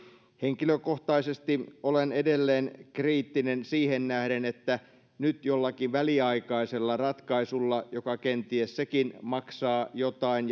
henkilökohtaisesti olen edelleen kriittinen siihen nähden että nyt jollakin väliaikaisella ratkaisulla joka kenties sekin maksaa jotain